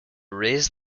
raise